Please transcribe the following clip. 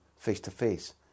face-to-face